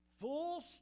full